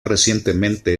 recientemente